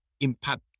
impact